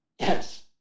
Yes